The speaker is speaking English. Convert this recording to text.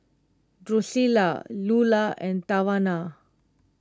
Drucilla Lula and Tawana